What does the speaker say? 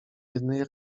jednej